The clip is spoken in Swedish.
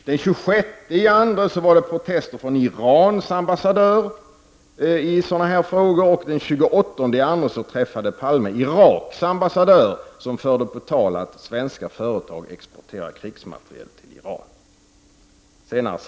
Den 26 februari 1986 protesterade Irans ambassadör, och den 28 februari träffade Palme Iraks ambassadör, som förde på tal att svenska företag exporterar krigsmateriel till Iran.